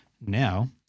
Now